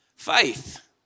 Faith